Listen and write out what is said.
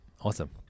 Awesome